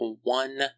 one